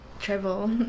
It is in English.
travel